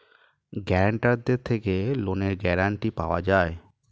গ্যারান্টারদের থেকে লোনের গ্যারান্টি পাওয়া যায়